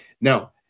Now